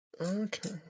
Okay